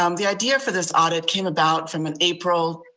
um the idea for this audit came about from an april,